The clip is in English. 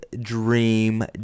dream